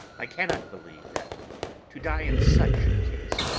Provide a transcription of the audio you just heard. i cannot believe that to die in such a case,